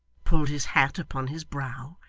pulled his hat upon his brow,